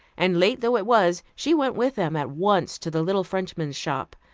and late though it was, she went with them at once to the little frenchman's shop.